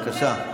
בבקשה.